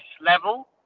level